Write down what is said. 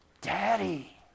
Daddy